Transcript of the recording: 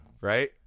right